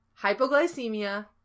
Hypoglycemia